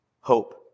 hope